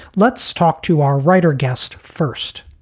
let's talk to our writer guest first.